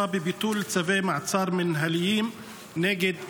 בביטול צווי מעצר מינהליים נגד יהודים?